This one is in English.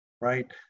Right